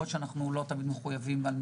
אני רוצה להמשיך לנושא הבא, פערים